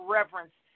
reverence